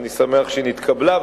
ואני שמח שהיא נתקבלה.